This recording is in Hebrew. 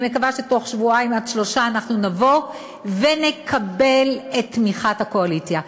אני מקווה שבתוך שבועיים עד שלושה אנחנו נקבל את תמיכת הקואליציה.